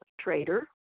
trader